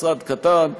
משרד קטן.